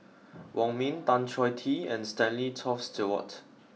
Wong Ming Tan Choh Tee and Stanley Toft Stewart